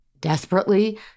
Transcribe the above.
desperately